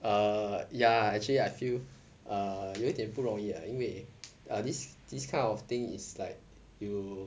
err ya actually I feel uh 有一点不容易 uh 因为 uh this this kind of thing is like you